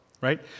right